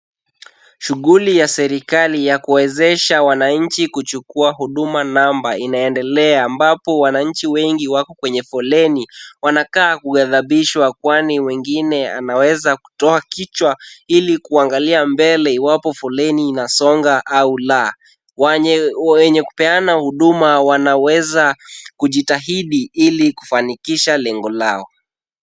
Shughuli ya serikali ya kuwezesha wananchi kuchukua huduma namba inaendelea ambapo wananchi wengi wako kwenye foleni wanakaa kugadhabishwa kwani wengine wanweza kutoa kichwa ili kuangalia mbele iwapo foleni inasonga au la. Wenye kupeana huduma wanaweza kujitahidi ili kufanikisha lengo lao.